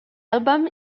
album